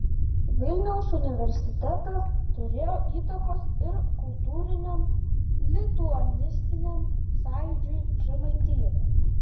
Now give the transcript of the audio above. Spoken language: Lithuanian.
vilniaus universitetas turėjo įtakos ir kultūriniam lituanistiniam sąjūdžiui žemaitijoje